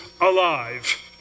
alive